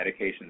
medications